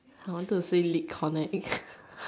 I wanted to say lick on a egg